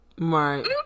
Right